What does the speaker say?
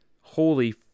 Holy